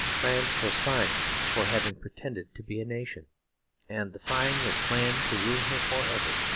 france was fined for having pretended to be a nation and the fine was planned to ruin her forever.